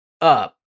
up